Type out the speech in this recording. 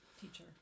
Teacher